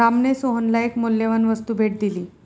रामने सोहनला एक मौल्यवान वस्तू भेट दिली